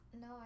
No